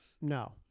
No